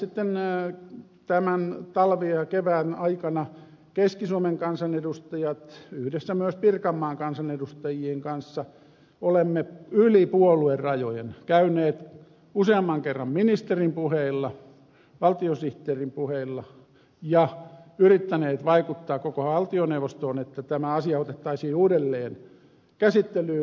sitten tämän talven ja kevään aikana keski suomen kansanedustajat yhdessä myös pirkanmaan kansanedustajien kanssa ovat yli puoluerajojen käyneet useamman kerran ministerin puheilla valtiosihteerin puheilla ja yrittäneet vaikuttaa koko valtioneuvostoon että tämä asia otettaisiin uudelleen käsittelyyn